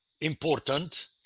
important